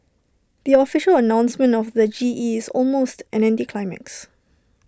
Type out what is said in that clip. the official announcement of the G E is almost an anticlimax